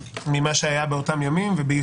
יש לנו המון שיחות על תרבות השיח בכנסת ומתלוננים שאין